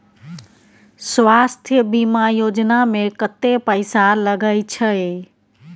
स्वास्थ बीमा योजना में कत्ते पैसा लगय छै?